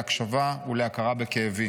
להקשבה ולהכרה בכאבי.